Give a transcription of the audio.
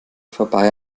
vorbei